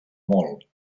molt